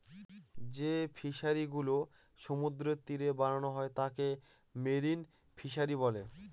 যে ফিশারিগুলা সমুদ্রের তীরে বানানো হয় তাকে মেরিন ফিশারী বলে